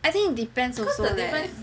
I think it depends also leh